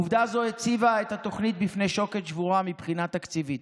עובדה זו הציבה את התוכנית בפני שוקת שבורה מבחינה תקציבית,